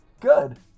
Good